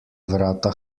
vrata